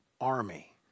army